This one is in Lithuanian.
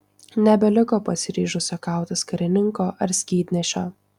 nebeliko pasiryžusio kautis karininko ar skydnešio